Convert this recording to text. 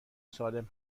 سالم